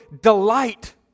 delight